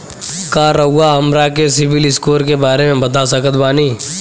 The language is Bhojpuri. का रउआ हमरा के सिबिल स्कोर के बारे में बता सकत बानी?